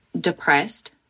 depressed